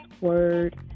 word